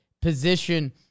position